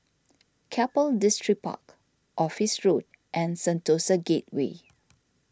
Keppel Distripark Office Road and Sentosa Gateway